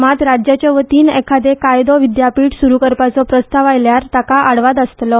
मात राज्याच्यावतीन एखादे कायदो विद्यापीठ सुरू करपाचो प्रस्ताव आयल्यार ताका आडवाद आसतलो